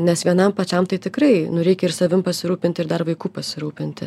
nes vienam pačiam tai tikrai nu reikia ir savim pasirūpint ir dar vaiku pasirūpinti